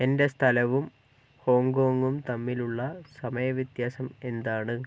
എന്റെ സ്ഥലവും ഹോങ്കോങ്ങും തമ്മിലുള്ള സമയ വ്യത്യാസം എന്താണ്